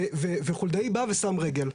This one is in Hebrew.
וחולדאי בא ושם רגל.